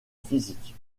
physique